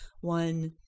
one